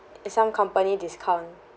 it's some company discount